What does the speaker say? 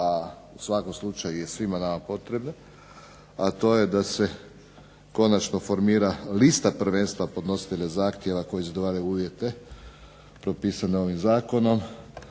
a u svakom slučaju je svima nama potrebna, a to je da se konačno formira lista prvenstva podnositelja zahtjeva koji zadovoljavaju uvjete propisane ovim zakonom.